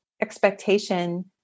expectation